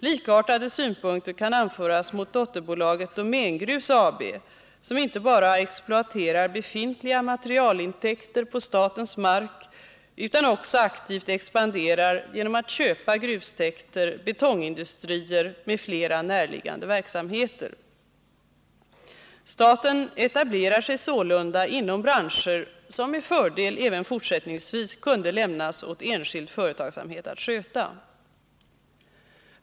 Likartade synpunkter kan anföras på dotterbolaget Domängrus AB, som inte bara exploaterar befintliga materialintäkter på statens mark utan också aktivt expanderar genom att köpa grustäkter, betongindustrier m.fl. närliggande verksamheter. Staten etablerar sig sålunda inom branscher som med fördel även fortsättningsvis kunde lämnas åt enskild företagsamhet att sköta.